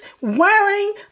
wearing